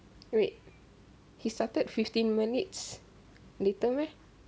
wait he started fifteen minutes later meh